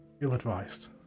ill-advised